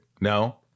No